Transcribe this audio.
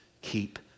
keep